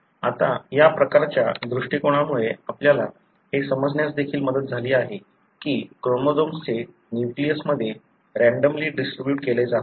आता या प्रकारच्या दृष्टिकोनामुळे आपल्याला हे समजण्यास देखील मदत झाली आहे की क्रोमोझोम्सचे न्यूक्लियसमध्ये रँडमली डिस्ट्रीब्युट केले जात नाही